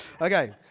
Okay